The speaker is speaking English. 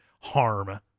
harm